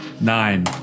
Nine